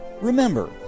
Remember